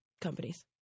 companies